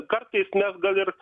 kartais mes gal ir